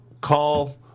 call